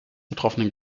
betroffenen